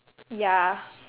ya